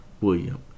William